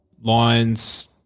lines –